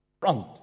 front